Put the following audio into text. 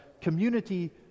community